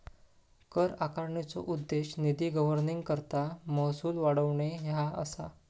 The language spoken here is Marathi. कर आकारणीचो उद्देश निधी गव्हर्निंगकरता महसूल वाढवणे ह्या असा